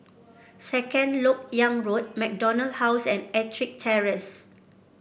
Second LoK Yang Road MacDonald House and EttricK Terrace